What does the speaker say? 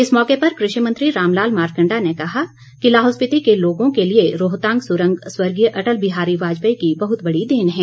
इस मौके पर कृषि मंत्री रामलाल मारकंडा ने कहा कि लाहौल स्पीति के लोगों के लिए रोहतांग सुरंग स्वर्गीय अटल बिहारी वाजपेयी की बहुत बड़ी देन है